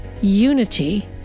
unity